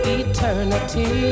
eternity